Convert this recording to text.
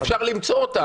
אפשר למצוא אותם.